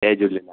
Jay Jhulelal